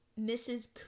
Mrs